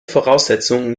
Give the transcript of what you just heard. voraussetzungen